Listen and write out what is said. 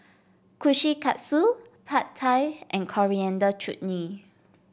Kushikatsu Pad Thai and Coriander Chutney